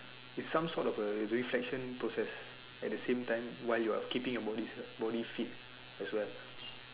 is some sort of a reflection process at the same time while you're keeping your body body fit as well